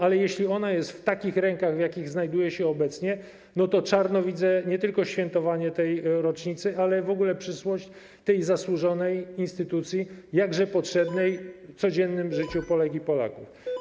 Ale jeśli ona jest w takich rękach, w jakich znajduje się obecnie, to czarno widzę nie tylko świętowanie tej rocznicy, ale w ogóle przyszłość tej zasłużonej instytucji, jakże potrzebnej w codziennym życiu Polek i Polaków.